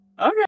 Okay